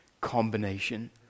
combination